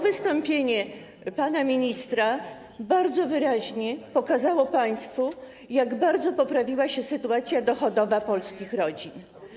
Wystąpienie pana ministra bardzo wyraźnie pokazało państwu, jak bardzo poprawiła się sytuacja dochodowa polskich rodzin.